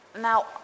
Now